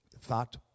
thought